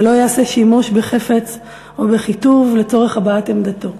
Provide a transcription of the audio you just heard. ולא יעשה שימוש בחפץ או בכיתוב לצורך הבעת עמדתו".